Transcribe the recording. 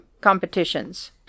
competitions